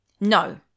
no